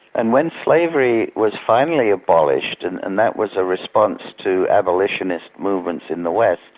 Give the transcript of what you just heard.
and when slavery was finally abolished, and and that was a response to abolitionist movement in the west,